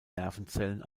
nervenzellen